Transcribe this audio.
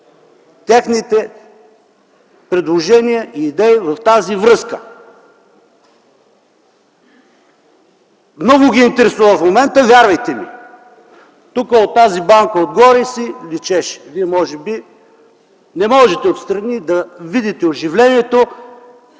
техните предложения и идеи в тази връзка. Много ги интересува в момента, вярвайте ми! Тук, от тази банка горе, си личеше. Вие може би не можете от страни да видите оживлението,